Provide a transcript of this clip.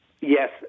Yes